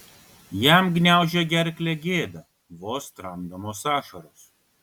jam gniaužė gerklę gėda vos tramdomos ašaros